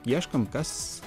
ieškom kas